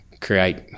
create